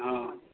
ହଁ